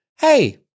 hey